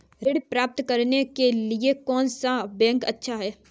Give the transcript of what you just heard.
ऋण प्राप्त करने के लिए कौन सा बैंक अच्छा है?